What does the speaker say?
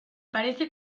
parece